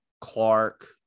Clark